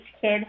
kid